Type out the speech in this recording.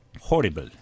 Horrible